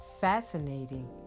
fascinating